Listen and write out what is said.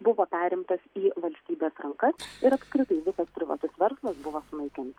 buvo perimtos į valstybės rankas ir apskritai visas privatus verslas buvo sunaikinta